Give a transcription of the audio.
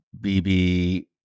BB